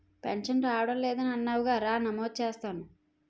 pension రావడం లేదని అన్నావుగా రా నమోదు చేస్తాను